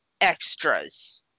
extras